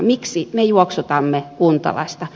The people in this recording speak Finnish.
miksi me juoksutamme kuntalaista